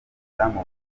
bakunzwe